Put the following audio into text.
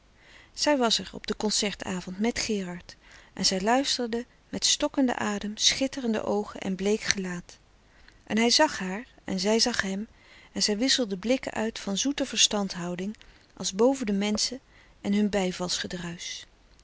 zij was er op den concert avond met gerard en zij luisterde met stokkenden adem schitterende oogen en bleek gelaat en hij zag haar en zij zag hem en zij frederik van eeden van de koele meren des doods wisselden blikken uit van zoete verstandhouding als boven de menschen en hun